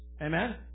Amen